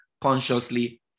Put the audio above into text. consciously